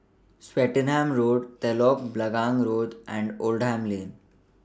Swettenham Road Telok Blangah Road and Oldham Lane